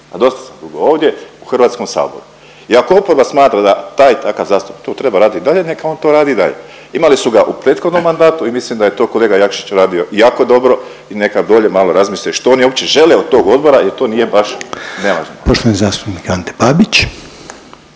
a dosta sam dugo ovdje u Hrvatskom saboru. I ako oporba smatra da taj i takav zastupnik to treba raditi i dalje neka on to radi i dalje. Imali su ga u prethodnom mandatu i mislim da je to kolega Jakšić radio jako dobro i neka bolje malo razmisle što oni uopće žele od tog odbora jer to nije baš nevažno. **Reiner, Željko (HDZ)** Poštovani zastupnik Ante Babić.